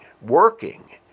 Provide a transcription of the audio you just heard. working